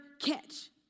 catch